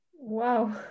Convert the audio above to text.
Wow